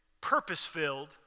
purpose-filled